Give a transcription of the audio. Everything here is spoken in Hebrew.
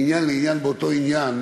מעניין לעניין באותו עניין